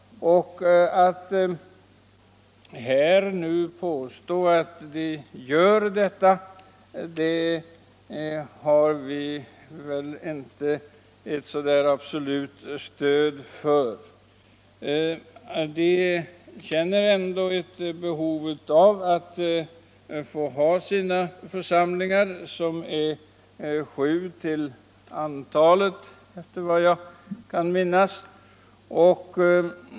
Att ifrågavarande tre kyrkor hör dit kan man väl inte få ett absolut stöd för. Dessa kyrkor känner ändå ett behov av att få ha sina församlingar - som är sju till antalet, efter vad jag kan minnas.